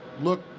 look